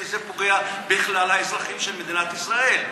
כי זה פוגע בכלל האזרחים של מדינת ישראל.